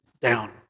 down